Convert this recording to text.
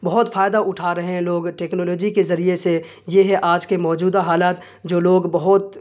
بہت فائدہ اٹھا رہے ہیں لوگ ٹیکنالاجی کے ذریعے سے یہ ہے آج کے موجودہ حالات جو لوگ بہت